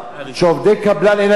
אין להם מספיק זכויות,